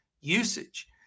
usage